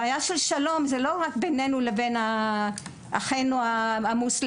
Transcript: בעיית השלום היא לא רק בנינו לבין אחינו המוסלמים,